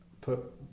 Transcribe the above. put